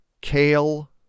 Kale